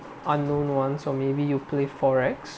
unknown one or maybe you play forex